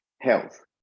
health